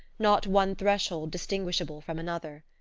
not one threshold distinguishable from another.